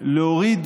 להוריד